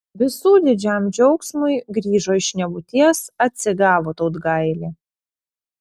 visų didžiam džiaugsmui grįžo iš nebūties atsigavo tautgailė